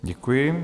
Děkuji.